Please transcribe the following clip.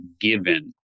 given